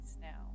now